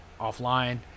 offline